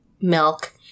milk